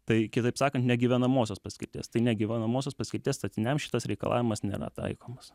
tai kitaip sakan negyvenamosios paskirties tai negyvenamosios paskirties statiniams šitas reikalavimas nėra taikomas